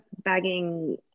bagging